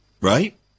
Right